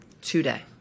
today